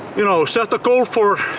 you know set a goal for,